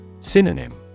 Synonym